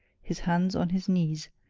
his hands on his knees,